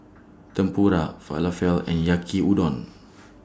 Tempura Falafel and Yaki Udon